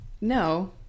No